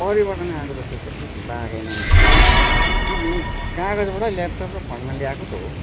परिवर्तन आएको जस्तो चाहिँ अलिक लागेन नै आएको छ तिनै कागजबाट ल्यापटप र फोनमा ल्याएको त हो